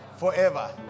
Forever